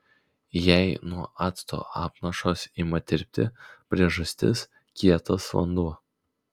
jei nuo acto apnašos ima tirpti priežastis kietas vanduo